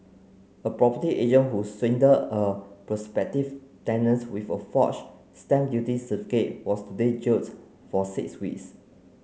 a property agent who swindled a prospective tenant with a forged stamp duty certificate was today jailed for six weeks